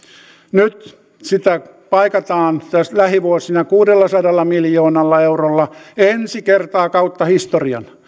nyt sitä paikataan lähivuosina kuudellasadalla miljoonalla eurolla ensi kertaa kautta historian